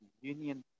union